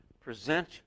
present